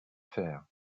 faire